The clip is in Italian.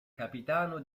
capitano